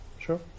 Sure